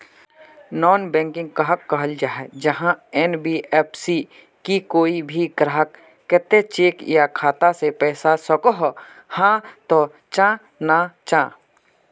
Non banking कहाक कहाल जाहा जाहा एन.बी.एफ.सी की कोई भी ग्राहक कोत चेक या खाता से पैसा सकोहो, हाँ तो चाँ ना चाँ?